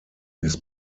his